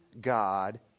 God